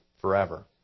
forever